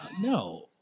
no